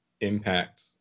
impact